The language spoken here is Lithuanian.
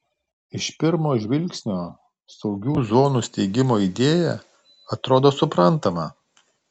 iš pirmo žvilgsnio saugių zonų steigimo idėja atrodo suprantama